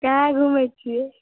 काहाँ घुमै छियै